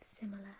similar